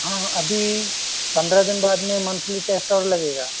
हाँ अभी पंद्रह दिन बाद में मंथली टेस्ट और लगेगा